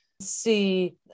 see